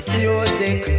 music